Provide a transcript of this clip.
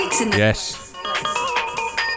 Yes